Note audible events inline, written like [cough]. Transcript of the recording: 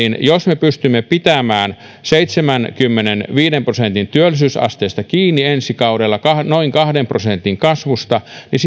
jos me pystymme pitämään seitsemänkymmenenviiden prosentin työllisyysasteesta kiinni ensi kaudella noin kahden prosentin kasvusta niin [unintelligible]